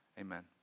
Amen